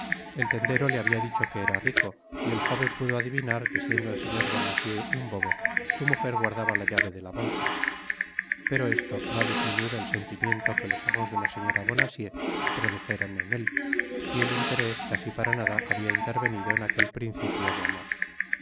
el tendero le habia dicho que era rico y el joven pudo adivinar que siendo el señor bonacieux un bobo su mujer guardaba la llave de la bolsa pero esto no ha disminuido el sentimiento que los ojos de la señora bonacieux produjeran en él y el interés casi para nada habia intervenido en aquel principio de amor